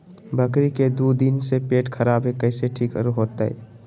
बकरी के दू दिन से पेट खराब है, कैसे ठीक होतैय?